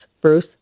Bruce